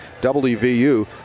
WVU